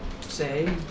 Say